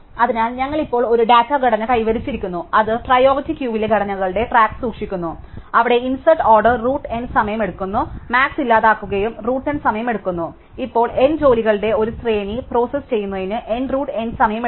അതിനാൽ ഞങ്ങൾ ഇപ്പോൾ ഒരു ഡാറ്റാ ഘടന കൈവരിച്ചിരിക്കുന്നു അത് പ്രിയോറിറ്റി ക്യൂവിലെ ഘടകങ്ങളുടെ ട്രാക്ക് സൂക്ഷിക്കുന്നു അവിടെ ഇൻസേർട്ട് ഓർഡർ റൂട്ട് N സമയം എടുക്കുന്നു മാക്സ് ഇല്ലാതാക്കുക റൂട്ട് N സമയം എടുക്കുന്നു അതിനാൽ ഇപ്പോൾ N ജോലികളുടെ ഒരു ശ്രേണി പ്രോസസ്സ് ചെയ്യുന്നതിന് N റൂട്ട് N സമയം എടുക്കും